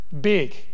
big